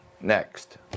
next